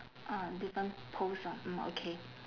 ah different post ah mm okay